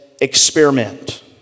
experiment